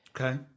Okay